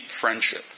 friendship